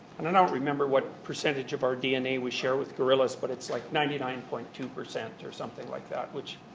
and i don't remember what percentage of our dna we share with gorillas, but it's like ninety nine point two or something like that, which,